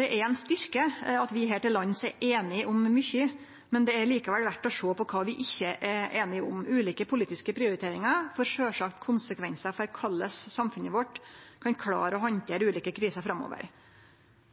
Det er ein styrke at vi her til lands er einige om mykje, men det er likevel verdt å sjå på kva vi ikkje er einige om. Ulike politiske prioriteringar får sjølvsagt konsekvensar for korleis samfunnet vårt kan klare å handtere ulike kriser framover.